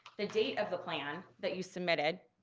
the date of the plan that you submitted,